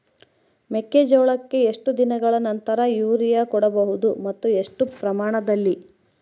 ಮೆಕ್ಕೆಜೋಳಕ್ಕೆ ಎಷ್ಟು ದಿನಗಳ ನಂತರ ಯೂರಿಯಾ ಕೊಡಬಹುದು ಮತ್ತು ಎಷ್ಟು ಪ್ರಮಾಣದಲ್ಲಿ?